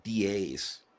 DAs